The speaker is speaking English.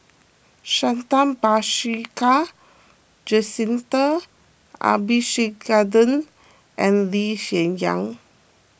Santha Bhaskar Jacintha Abisheganaden and Lee Hsien Yang